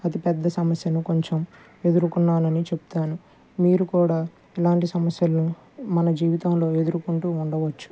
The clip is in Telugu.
అతి పెద్ద సమస్యను కొంచెం ఎదురుకున్నాను అని చెప్తాను మీరు కూడా ఇలాంటి సమస్యలను మన జీవితంలో ఎదురుకుంటూ ఉండవచ్చు